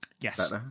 Yes